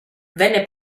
venne